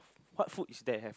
what food is there have